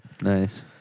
Nice